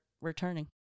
returning